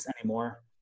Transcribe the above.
anymore